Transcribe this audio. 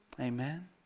Amen